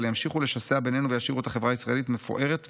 אבל ימשיכו לשסע בינינו וישאירו את החברה הישראלית מפוארת ושונאת.